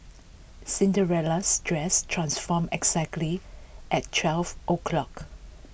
Cinderella's dress transformed exactly at twelve o' clock